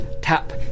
tap